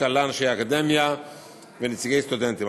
שכללה אנשי אקדמיה ונציגי סטודנטים.